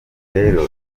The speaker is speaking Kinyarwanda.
rero